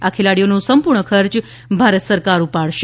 આ ખેલાડીઓનો સંપુર્ણ ખર્ચ ભારત સરકાર ઉપાડશે